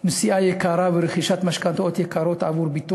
נסיעות יקרה ורכישת ביטוח חיים יקר עבור משכנתאות.